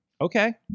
okay